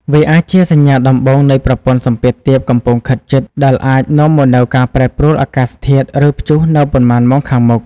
វាអាចជាសញ្ញាដំបូងនៃប្រព័ន្ធសម្ពាធទាបកំពុងខិតជិត ដែលអាចនាំមកនូវការប្រែប្រួលអាកាសធាតុ ឬព្យុះនៅប៉ុន្មានម៉ោងខាងមុខ។